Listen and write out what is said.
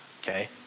okay